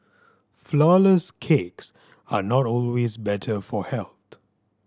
flourless cakes are not always better for health